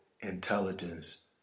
intelligence